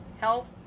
health